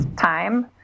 time